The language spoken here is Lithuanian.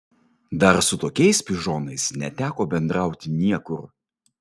dar su tokiais pižonais neteko bendrauti niekur